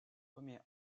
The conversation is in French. première